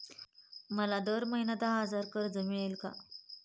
मला दर महिना दहा हजार कर्ज मिळेल का?